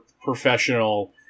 professional